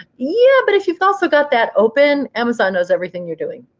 yeah, but if you've also got that open, amazon knows everything you're doing.